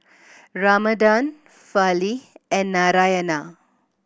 Ramanand Fali and Narayana